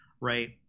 right